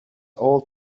all